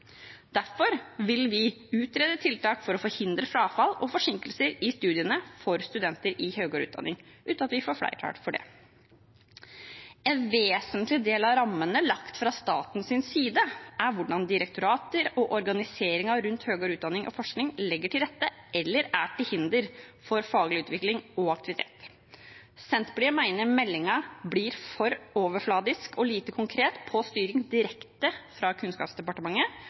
Derfor vil vi utrede tiltak for å forhindre frafall og forsinkelser i studiene for studenter i høyere utdanning, uten at vi får flertall for det. En vesentlig del av rammene lagt fra statens side er hvordan direktorater og organiseringen rundt høyere utdanning og forskning legger til rette for eller er til hinder for faglig utvikling og aktivitet. Senterpartiet mener meldingen blir for overfladisk og lite konkret på styring direkte fra Kunnskapsdepartementet